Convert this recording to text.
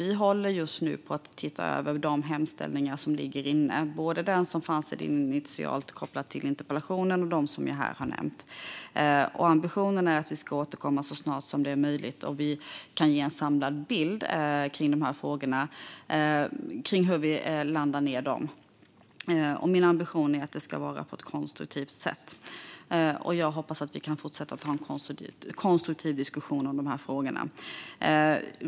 Vi håller just nu på att titta på de hemställningar som har kommit in, både den som fanns initialt, som är kopplad till interpellationen, och de som jag nu har nämnt. Ambitionen är att vi ska återkomma så snart som möjligt och att vi ska kunna ge en samlad bild kring hur vi landar med dessa frågor. Min ambition är att det ska ske på ett konstruktivt sätt. Jag hoppas att vi kan fortsätta att ha en konstruktiv diskussion om dessa frågor.